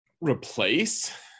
Replace